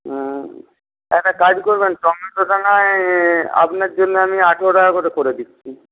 একটা কাজ করবেন টমেটোটা নাহয় আপনার জন্য আমি আঠারো টাকা করে করে দিচ্ছি